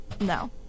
no